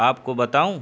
آپ کو بتاؤں